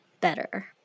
better